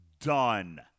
Done